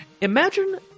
imagine